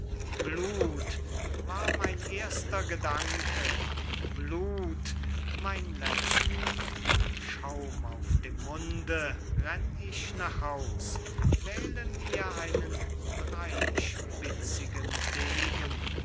blut war mein erster gedanke blut mein letzter schaum auf dem munde renn ich nach haus wähle mir einen dreyspitzigen degen